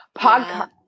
podcast